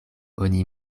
oni